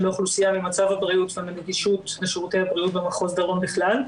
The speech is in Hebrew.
האוכלוסייה ממצב הבריאות ומנגישות לשירותי הבריאות במחוז דרום בכלל,